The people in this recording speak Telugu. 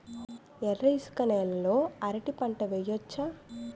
ఎర్ర ఇసుక నేల లో అరటి పంట వెయ్యచ్చా?